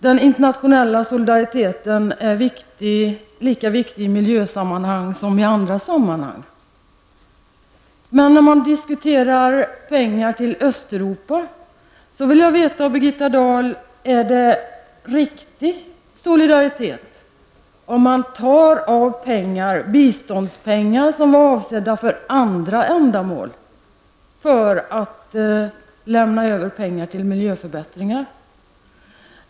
Den internationella solidariteten är lika viktig i miljösammanhang som i andra sammanhang. Men när man diskuterar pengar till Östeuropa vill jag veta av Birgitta Dahl: Är det riktig solidaritet om man tar av biståndspengar som var avsedda för andra ändamål för att kunna lämna över pengar till miljöförbättringar?